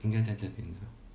应该在这里面